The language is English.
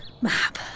map